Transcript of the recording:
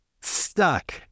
stuck